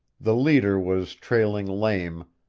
the leader was trailing lame,